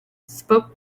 spoke